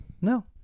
no